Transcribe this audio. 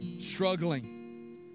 struggling